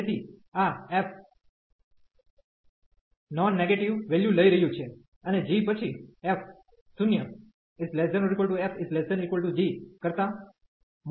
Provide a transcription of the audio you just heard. તેથી આ f non negative value લઈ રહ્યું છે અને g પછી f 0≤f≤g કરતા મોટી વેલ્યુ લઈ રહ્યું છે